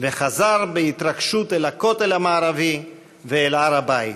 וחזר בהתרגשות אל הכותל המערבי ואל הר הבית.